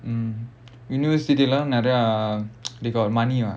mm university லாம் நிறைய:laam niraiya they got money [what]